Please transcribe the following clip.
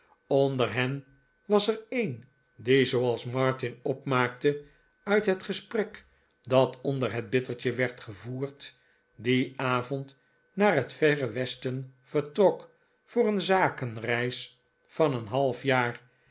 onder hen was er een die zooals martin opmaakte uit het gesprek dat onder het bittertje werd gevoerd dien avond naar het verre westen vertrok voor een zakenreis van een half jaar